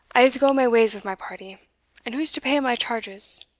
i'se go my ways with my party and who's to pay my charges?